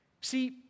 See